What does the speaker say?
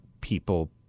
people